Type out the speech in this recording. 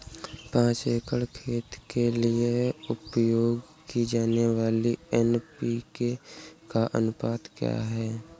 पाँच एकड़ खेत के लिए उपयोग की जाने वाली एन.पी.के का अनुपात क्या है?